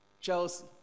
Chelsea